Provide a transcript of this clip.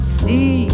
see